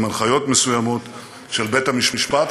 עם הנחיות מסוימות של בית-המשפט,